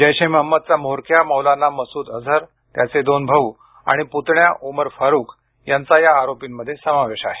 जैश ए महम्मदचा म्होरक्या मौलाना मसूद अझर त्याचे दोन भाऊ आणि पुतण्या उमर फारुख यांचा या आरोपींमध्ये समावेश आहे